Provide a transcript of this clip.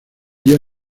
día